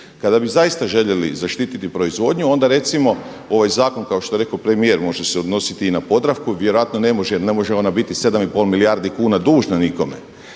Kada bi zaista željeli zaštititi proizvodnju onda recimo ovaj zakon kao što je rekao premijer može se odnositi i na Podravku, vjerojatno ne može jel ne može ona biti 7,5 milijardi kuna dužna nikome,